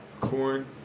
corn